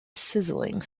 sizzling